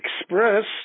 expressed